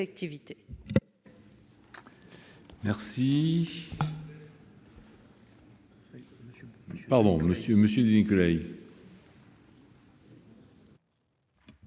Merci